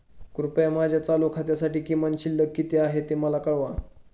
कृपया माझ्या चालू खात्यासाठी किमान शिल्लक किती आहे ते मला कळवा